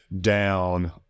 down